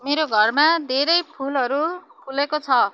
मेरो घरमा धेरै फुलहरू फुलेको छ